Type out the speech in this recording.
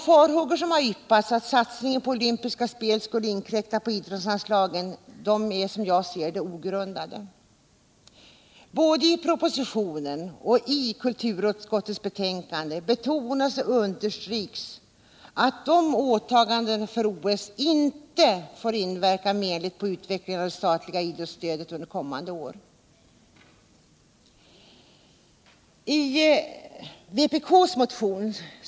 Farhågorna att satsningen på olympiska spel skulle inkräkta på idrottsanslagen är enligt min mening ogrundade. Både i propositionen och i kulturutskottets betänkande betonas att åtagandet för OS ine får inverka menligt på utvecklingen av det statliga idrotsstödet under kommande år. I vpk:s motion.